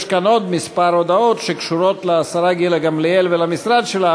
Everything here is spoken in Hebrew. יש כאן עוד כמה הודעות שקשורות לשרה גילה גמליאל ולמשרד שלה,